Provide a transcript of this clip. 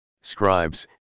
scribes